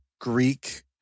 Greek